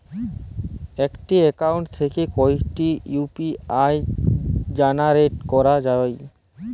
একটি অ্যাকাউন্ট থেকে কটি ইউ.পি.আই জেনারেট করা যায়?